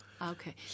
Okay